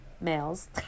males